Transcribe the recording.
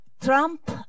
Trump